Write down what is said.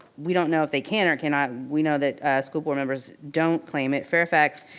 we don't know if they can or cannot, we know that school board members don't claim it. fairfax,